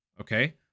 okay